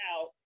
out